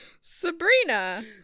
Sabrina